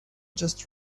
just